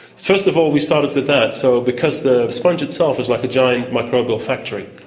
first of all, we started with that, so because the sponge itself is like a giant microbial factory.